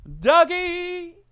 Dougie